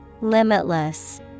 limitless